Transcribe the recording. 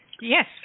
Yes